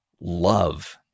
love